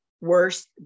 worse